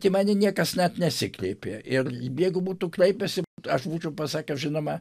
į mane niekas net nesikreipė ir jeigu būtų kreipęsi aš būčiau pasakęs žinoma